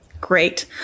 Great